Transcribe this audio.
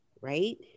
right